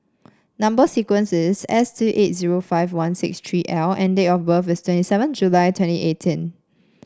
number sequence is S two eight zero five one six tree L and date of birth is twenty seven July twenty eighteen